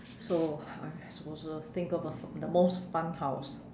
so I'm supposed to think of a the most fun house